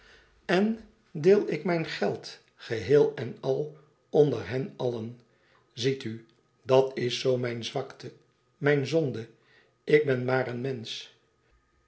en deel ik mijn geld geheel en al onder hen allen ziet u dat is zoo mijn zwakte mijn zonde ik ben maar een mensch